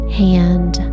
hand